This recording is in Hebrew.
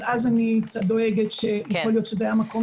אז אני קצת דואגת שיכול להיות שזה היה מקום